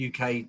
UK